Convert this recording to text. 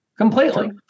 completely